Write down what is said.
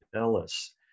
Ellis